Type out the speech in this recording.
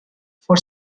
for